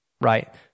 right